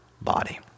body